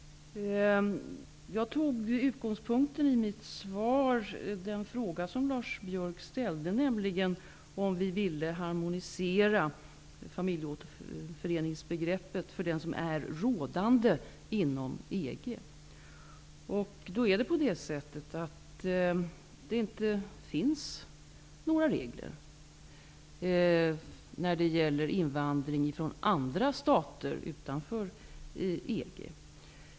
Jag tog som utgångspunkt för mitt svar den fråga som Lars Biörck ställde, nämligen om vi vill harmonisera familjeåterföreningsbegreppet med det som är rådande inom EG. Det finns inga regler när det gäller invandring från stater utanför EG.